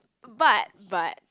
but but